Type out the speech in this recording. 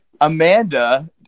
amanda